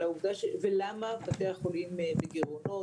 ולמה בתי החולים בגרעונות.